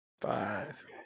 Five